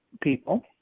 people